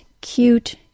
cute